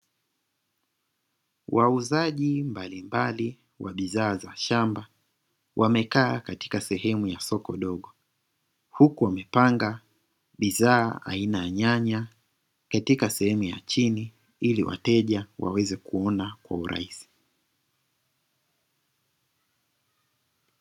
Wauzaji mbalimbali wa bidhaa za shamba wamekaa katika sehemu ya soko dogo, huku wamepanga bidhaa aina ya nyanya katika sehemu ya chini ili wateja waweze kuona kwa urahisi.